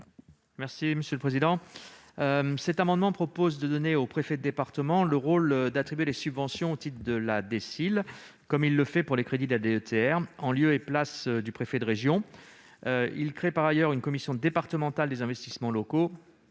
n° II-580 rectifié. Cet amendement vise à donner au préfet de département le rôle d'attribuer les subventions au titre de la DSIL, comme il le fait pour les crédits de la DETR, en lieu et place du préfet de région. Par ailleurs, il tend à créer une commission départementale des investissements locaux,